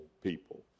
people